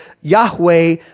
Yahweh